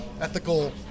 ethical